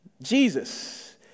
Jesus